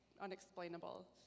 unexplainable